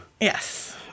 Yes